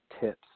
tips